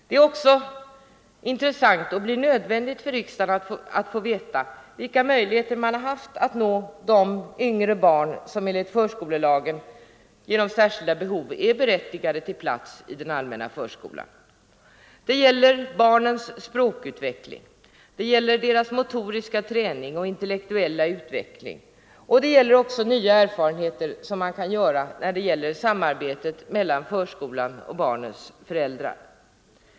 Det är även intressant och blir nödvändigt för riksdagen att få veta 59 vilka möjligheter man har haft att nå de yngre barn som enligt förskolelagen på grund av särskilda behov är berättigade till plats i den allmänna förskolan. Det gäller barnens språkutveckling; det gäller deras motoriska träning och intellektuella utveckling, och det gäller nya erfarenheter som man kan göra beträffande samarbetet mellan förskolan och barnens föräldrar.